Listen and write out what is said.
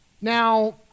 Now